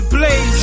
Blaze